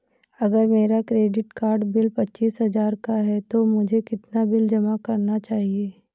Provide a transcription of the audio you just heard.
अगर मेरा credit card bill पच्चीस हजार का है तो मुझे कितना बिल जमा करना चाहिए?